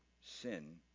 sin